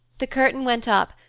the curtain went up,